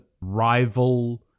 rival